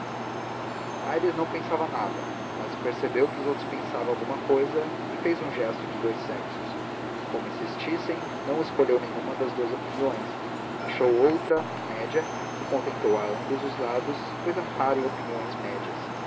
castelo aires não pensava nada mas percebeu que os outros pensavam alguma cousa e fez um gesto de dous sexos como insistissem não escolheu nenhuma das duas opiniões achou outra média que contentou a ambos os lados cousa rara em opiniões médias